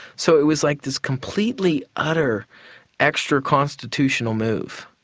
so it was like this completely utter extra constitutional move,